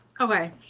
Okay